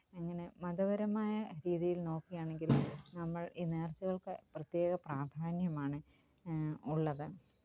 അങ്ങനെ മതപരമായ രീതിയില് നോക്കുകയാണെങ്കില് നമ്മള് ഈ നേര്ച്ചകള്ക്ക് പ്രത്യേക പ്രാധാന്യമാണ് ഉള്ളത്